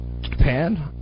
Japan